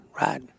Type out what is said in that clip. right